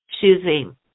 Choosing